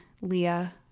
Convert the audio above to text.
leah